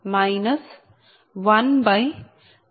5 0